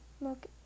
look